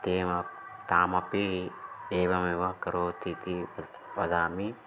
तामपि तामपि एवमेव करोतीति वद वदामि